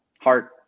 Heart